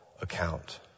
account